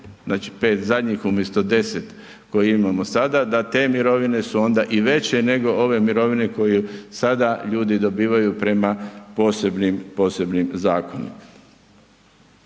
znači 5 zadnjih umjesto 10 koje imamo sada da te mirovine su onda i veće nego ove mirovine koje sada ljudi dobivaju prema posebnim, posebnim zakonima.